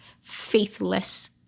faithless